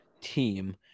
team